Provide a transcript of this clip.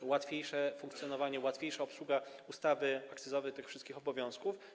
To łatwiejsze funkcjonowanie, łatwiejsza obsługa ustawy akcyzowej, tych wszystkich obowiązków.